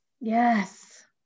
Yes